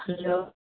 hello